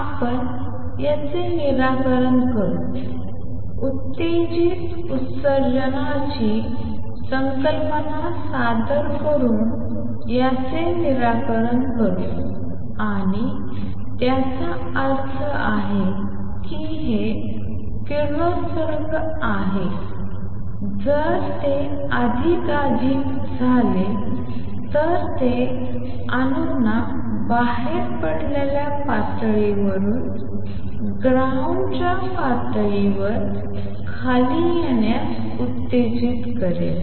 आपण याचे निराकरण करू उत्तेजित उत्सर्जनाची संकल्पना सादर करून याचे निराकरण करू आणि त्याचा अर्थ आहे की हे किरणोत्सर्ग आहे जर ते अधिकाधिक झाले तर ते अणूंना बाहेर पडलेल्या पातळीवरून ग्राउंड च्या पातळीवर खाली येण्यास उत्तेजित करेल